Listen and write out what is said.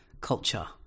culture